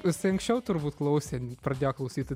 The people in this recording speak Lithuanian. isai anksčiau turbūt klausė pradėjo klausyti